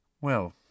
Well